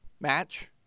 match